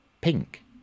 pink